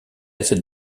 cette